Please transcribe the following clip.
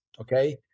okay